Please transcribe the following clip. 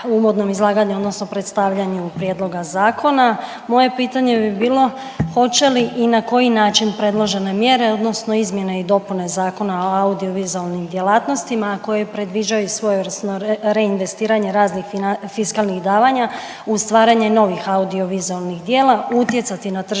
uvodnom izlaganju odnosno predstavljanju prijedloga zakona. Moje pitanje bi bilo, hoće li i na koji način predložene mjere odnosno izmjene i dopune Zakona o audiovizualnim djelatnostima, a koje predviđaju i svojevrsno reinvestiranje raznih fiskalnih davanja u stvaranje novih audiovizualnih djela, utjecati na tržišno